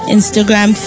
Instagram